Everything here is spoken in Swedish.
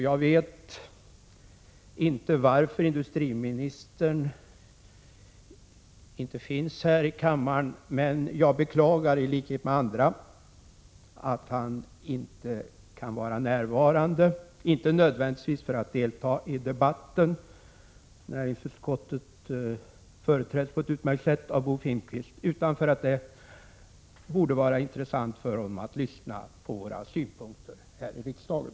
Jag vet inte varför industriministern inte finns här i kammaren, men jag beklagar i likhet med andra att han inte kan vara närvarande, inte nödvändigvis för att delta i debatten — näringsutskottet företräds på ett utmärkt sätt av Bo Finnkvist — utan därför att det borde vara intressant för honom att lyssna på våra synpunkter här i riksdagen.